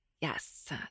Yes